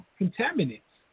contaminants